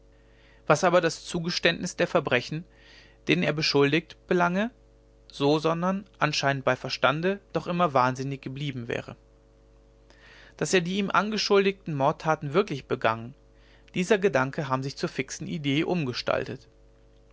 was aber das zugeständnis der verbrechen deren er beschuldigt belange so sondern anscheinend bei verstande doch immer wahnsinnig geblieben wäre daß er die ihm angeschuldigten mordtaten wirklich begangen dieser gedanke habe sich zur fixen idee umgestaltet